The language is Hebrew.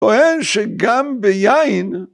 טוען שגם ביין